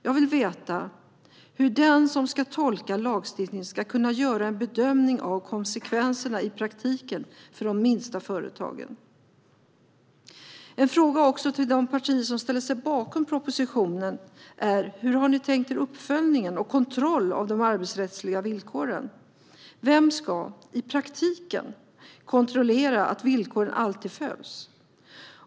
Jag vill veta hur den som ska tolka lagstiftningen ska kunna göra en bedömning av konsekvenserna i praktiken för de minsta företagen. En fråga till de partier som ställer sig bakom propositionen är: Hur har ni tänkt er uppföljning och kontroll av de arbetsrättsliga villkoren? Vem ska i praktiken kontrollera att villkoren alltid följs?